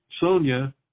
Sonia